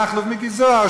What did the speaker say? מכלוף מיקי זוהר,